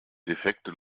defekte